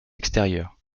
extérieures